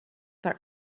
for